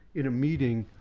in a meeting,